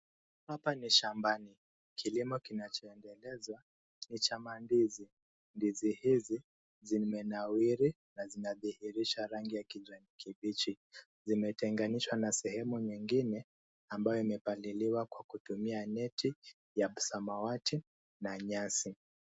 Hapa ni shambani, kilimo kinachoendelezwa ni cha mandizi. Ndizi hizi zimenawiri na zinadhihirisha rangi ya kijani kibichi. Zimetenganishwa na sehemu nyingine ambayo imepaliliwa kwa kutumia neti ya samawati na nyasi.